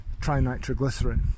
trinitroglycerin